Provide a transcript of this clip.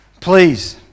Please